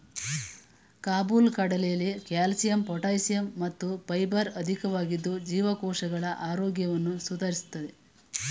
ಕಾಬುಲ್ ಕಡಲೆಲಿ calcium potassium ಮತ್ತು fibre ಅಧಿಕವಾಗಿದ್ದು ಜೀವಕೋಶಗಳ ಆರೋಗ್ಯವನ್ನು ಸುಧಾರಿಸ್ತದೆ